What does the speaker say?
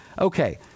Okay